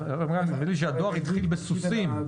מגיע על סוסים.